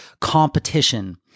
competition